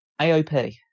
AOP